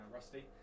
Rusty